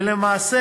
ולמעשה,